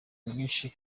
mwinshi